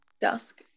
Dusk